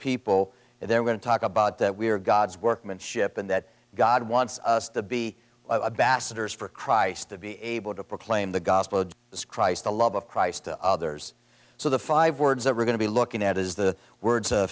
people and they're going to talk about that we are god's workmanship and that god wants us to be a basters for christ to be able to proclaim the gospel of this christ the love of christ to others so the five words that we're going to be looking at is the words